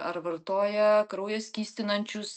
ar vartoja kraują skystinančius